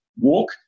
walk